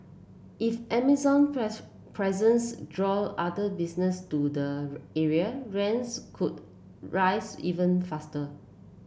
if Amazon presence draw other businesses to the area rents could rise even faster